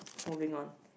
moving on